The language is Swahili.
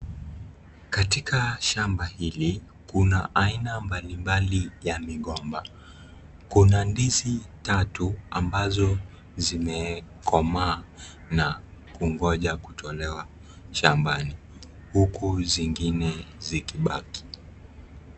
Katika shamba hili kuna aina mbalimbali ya migomba, kuna ndizi tatu ambazo zimekomaa na kungoja kutolewa shambani, huku zingine zikibaki.